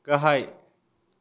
गाहाय